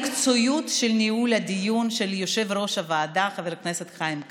המקצועיות של ניהול הדיון של יושב-ראש הוועדה חבר הכנסת חיים כץ.